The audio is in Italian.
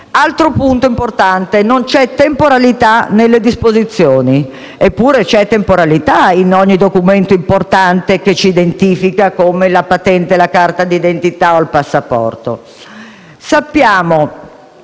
Altro punto importante: non c'è temporalità nelle disposizioni. Eppure c'è temporalità in ogni documento importante che ci identifica, come la patente, la carta d'identità o il passaporto.